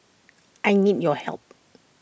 I need your help